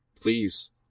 Please